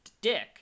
dick